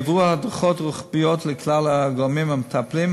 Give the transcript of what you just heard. יועברו הדרכות רוחביות לכלל הגורמים המטפלים,